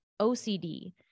OCD